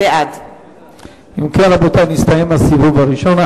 בעד אם כן, רבותי, הסתיים הסיבוב הראשון.